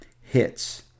hits